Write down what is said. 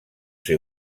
ser